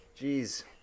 Jeez